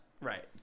right